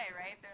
right